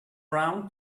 round